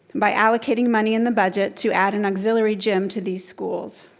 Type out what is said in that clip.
by allocating money in the budget to add an auxiliary gym to these schools.